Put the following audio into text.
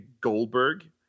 Goldberg